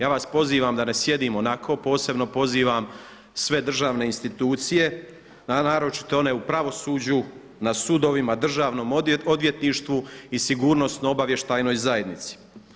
Ja vas pozivam da ne sjedimo nako, posebno pozivam sve državne institucije, a naročito one u pravosuđu na sudovima, državnom odvjetništvu i sigurnosno obavještajnoj zajednici.